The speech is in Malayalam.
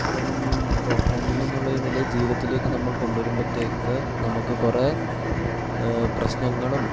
ഇപ്പം റോ ക്ലൈമ്പിങ്ങ് എന്നുള്ള നില ജീവിതത്തിലേക്ക് നമ്മൾ കൊണ്ടു വരുമ്പോഴത്തേക്ക് നമുക്ക് കുറേ പ്രശ്നങ്ങളും